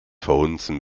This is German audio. verhunzen